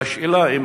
והשאלה היא,